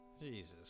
Jesus